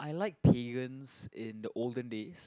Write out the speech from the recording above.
I like Pegan's in the olden days